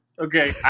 Okay